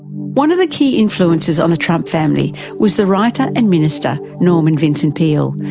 one of the key influences on the trump family was the writer and minister norman vincent peel,